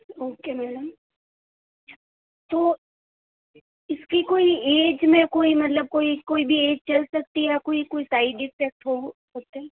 okay madam तो इसकी कोई ऐज में कोई मतलब कोई कोई भी ऐज चल सकती है या कोई कोई साइड इफ़ेक्ट हो होते हैं